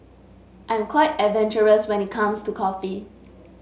I'm quite adventurous when it comes to coffee